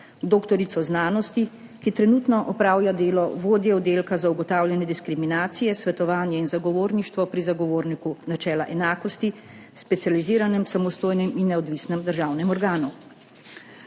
doktorico znanosti, ki trenutno opravlja delo vodje Oddelka za ugotavljanje diskriminacije, svetovanje in zagovorništvo pri Zagovorniku načela enakosti, specializiranem samostojnem in neodvisnem državnem organu.